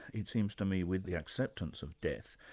it seems to me, with the acceptance of death,